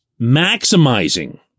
maximizing